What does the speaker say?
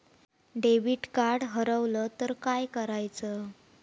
Debit card हरवल तर काय करायच?